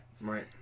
Right